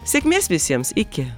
sėkmės visiems iki